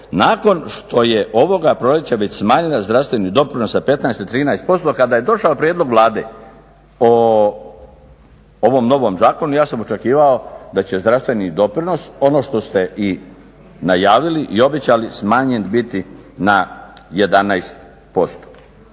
nakon što je ovoga proljeća već smanjena zdravstveni doprinos sa 15 na 13%. Kada je došao prijedlog Vlade o ovom novom zakonu, ja sam očekivao da će zdravstveni doprinos, ono što ste i najavili i obećali, smanjen biti na 11%